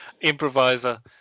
Improviser